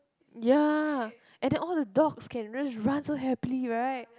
ya and then all the dogs can just run so happily right